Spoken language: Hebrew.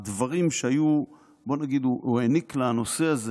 הוא העניק לנושא הזה